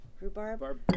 Rhubarb